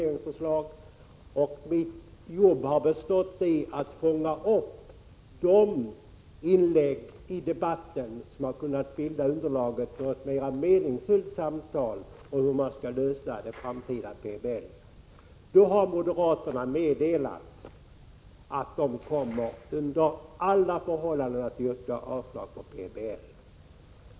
Mitt arbete har bestått i att fånga upp de inlägg i debatten som har kunnat bilda underlaget för ett mera meningsfullt samtal om hur den framtida PBL skall utformas. Moderaterna har meddelat att de under alla förhållanden kommer att yrka avslag på förslaget till PBL.